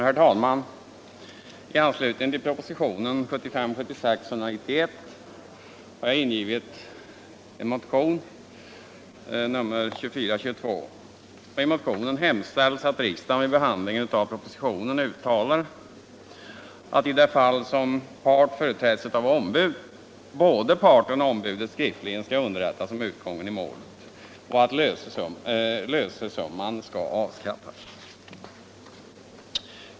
Herr talman! I anslutning till propositionen 1975/76:191 har j jag väckt en motion, nr 2422. I motionen hemställs att riksdagen vid behandlingen av propositionen uttalar att, i det fall part företräds av ombud, både parten och ombudet skriftligen skall underrättas om utgången i målet och att lösenskyldigheten skall avskaffas.